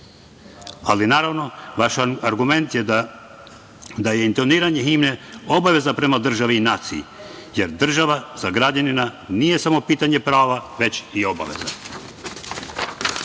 Naravno, vaš argument je da je intoniranje himne obaveza prema državi i naciji, jer država za građanina nije samo pitanje prava, već i